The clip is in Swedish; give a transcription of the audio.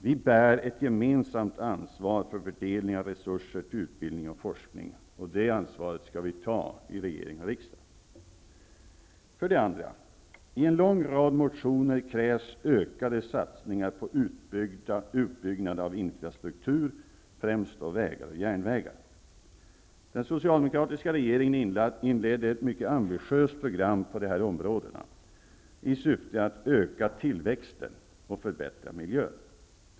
Vi har ett gemensamt ansvar för fördelning av resurser till utbildning och forskning, och det ansvaret skall vi ta i regering och riksdag. För det andra: I en lång rad motioner krävs det en ökad satsning på utbyggnad av infrastruktur, främst av vägar och järnvägar. Den socialdemokratiska regeringen inledde ett mycket ambitiöst program på de här områdena i syfte att öka tillväxten och förbättra miljön.